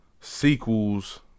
sequels